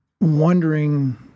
wondering